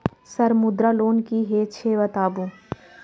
Sir Mudra loan की हे छे बताबू?